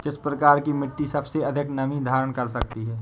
किस प्रकार की मिट्टी सबसे अधिक नमी धारण कर सकती है?